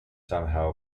somehow